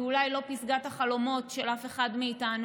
היא אולי לא פסגת החלומות של אף אחד מאיתנו,